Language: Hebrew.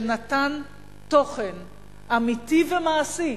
שנתן תוכן אמיתי ומעשי,